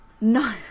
no